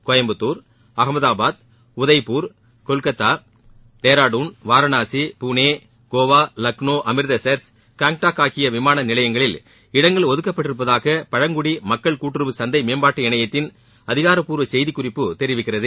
கோயம்மூத்தூர் அகமதாபாத் உதய்பூர் கொல்கத்தா டேராடுன் வாராணாசி புனே கோவா லக்னோ அமிர்தசரஸ் காங்டாக் ஆகிய விமான நிலையங்களில் இடங்கள் ஒதுக்கப்பட்டிருப்பதாக பழங்குடி மக்கள் கூட்டுறவு சந்தை மேம்பாட்டு இணையத்தின் அதிகாரபூர்வ செய்திக்குறிப்பு தெரிவிக்கிறது